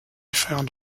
found